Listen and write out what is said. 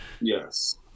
Yes